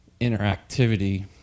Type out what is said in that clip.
interactivity